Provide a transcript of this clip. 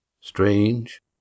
Strange